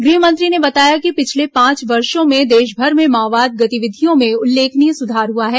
गृह मंत्री ने बताया कि पिछले पांच वर्षो में देशभर में माओवादी गतिविधियों में उल्लेखनीय सुधार हुआ है